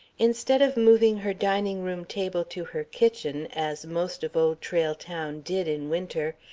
instead of moving her dining-room table to her kitchen, as most of old trail town did in winter,